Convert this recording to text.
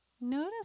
notice